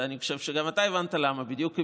ואני חושב שגם אתה הבנת למה בדיוק,